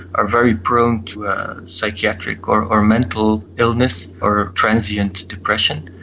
are very prone to psychiatric or or mental illness or transient depression,